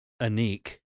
Anik